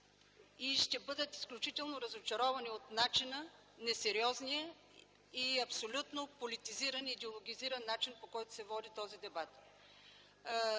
ще бъдат изключително разочаровани от несериозния, абсолютно политизиран и идеологизиран начин, по който се води този дебат.